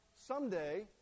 someday